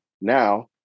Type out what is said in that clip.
now